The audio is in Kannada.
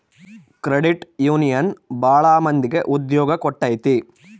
ಕ್ರೆಡಿಟ್ ಯೂನಿಯನ್ ಭಾಳ ಮಂದಿಗೆ ಉದ್ಯೋಗ ಕೊಟ್ಟೈತಿ